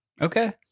Okay